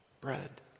bread